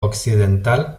occidental